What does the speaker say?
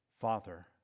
Father